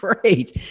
Great